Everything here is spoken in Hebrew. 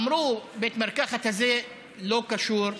אמרו: בית המרקחת הזה לא קשור איתנו.